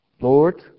Lord